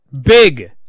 big